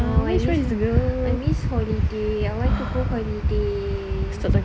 !aww! I miss I miss holiday I want to go holiday